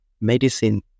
medicine